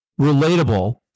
relatable